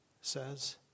says